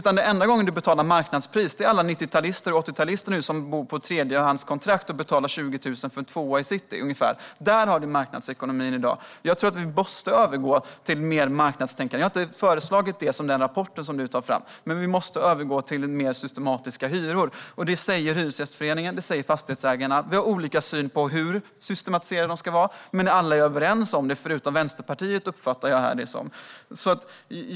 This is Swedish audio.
De enda som betalar marknadspris är alla 80 och 90-talister som nu bor med tredjehandskontrakt och betalar ungefär 20 000 för en tvåa i city. Där har du marknadsekonomin i dag. Jag tror att vi måste övergå till mer marknadstänkande. Jag har inte föreslagit det som står i den rapport som du nu tar fram, men vi måste övergå till mer systematiska hyror. Det säger Hyresgästföreningen, och det säger Fastighetsägarna. Vi har olika syn på hur systematiserade de ska vara, men alla är överens om detta, förutom Vänsterpartiet uppfattar jag det.